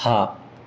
હા